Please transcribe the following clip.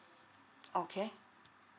okay